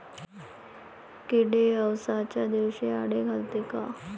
किडे अवसच्या दिवशी आंडे घालते का?